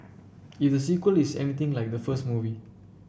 if the sequel is anything like the first movie